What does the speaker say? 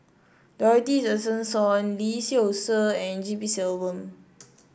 Dorothy Tessensohn Lee Seow Ser and G P Selvam